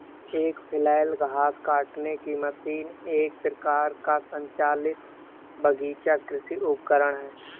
एक फ्लैल घास काटने की मशीन एक प्रकार का संचालित बगीचा कृषि उपकरण है